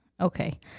okay